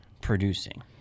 producing